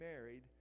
married